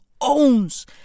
owns